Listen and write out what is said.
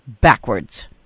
backwards